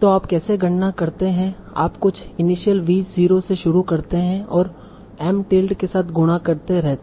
तो आप कैसे गणना करते हैं आप कुछ इनिशियल v 0 से शुरू करते हैं और m टिल्ड के साथ गुणा करते रहते हैं